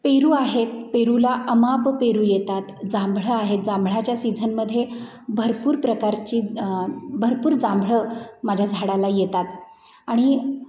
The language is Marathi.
पेरू आहेत पेरूला अमाप पेरू येतात जांभळं आहेत जांभळाच्या सीझनमध्ये भरपूर प्रकारची भरपूर जांभळं माझ्या झाडाला येतात आणि